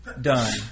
done